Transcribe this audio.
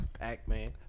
Pac-Man